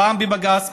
פעם בבג"ץ,